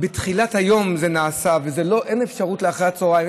זה נעשה בתחילת היום, ואין אפשרות אחר הצוהריים.